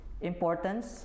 importance